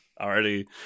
Already